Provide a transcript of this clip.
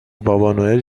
بابانوئل